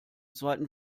zweiten